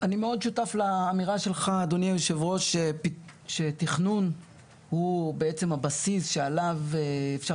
אני מאוד שותף לאמירה שלך שתכנון הוא בעצם הבסיס שעליו אפשר